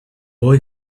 boy